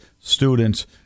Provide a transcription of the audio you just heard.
students